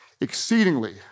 exceedingly